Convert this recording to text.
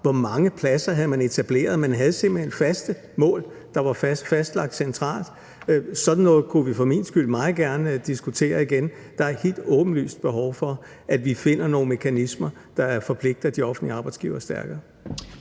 hvor mange pladser man havde etableret. Man havde simpelt hen faste mål, der var fastlagt centralt. Sådan noget kunne vi for min skyld meget gerne diskutere igen. Der er et helt åbenlyst behov for, at vi finder nogle mekanismer, der forpligter de offentlige arbejdsgivere stærkere.